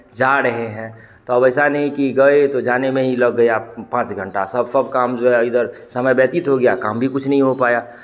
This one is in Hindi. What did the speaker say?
जा रहे हैं तो अब ऐसा नहीं कि गए तो अब जाने में ही लग गया पाँच घंटा सब सब काम जो है इधर समय व्यतीत हो गया काम भी कुछ नहीं हो पाया